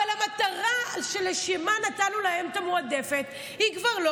אבל המטרה שלשמה נתנו להם את המועדפת היא כבר לא